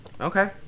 Okay